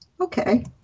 Okay